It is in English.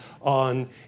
on